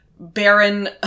barren